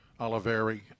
Oliveri